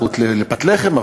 הזכות לפת לחם,